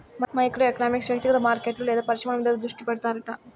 micro economics వ్యక్తిగత మార్కెట్లు లేదా పరిశ్రమల మీద దృష్టి పెడతాడట